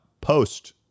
post